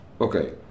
okay